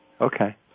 Okay